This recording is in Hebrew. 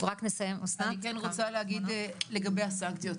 אני כן רוצה לגבי הסנקציות.